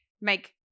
make